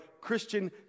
christian